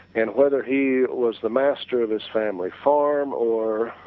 and whether he was the master of his family farm or,